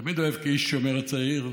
תמיד אוהב, כאיש השומר הצעיר,